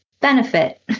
benefit